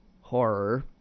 horror